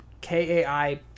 K-A-I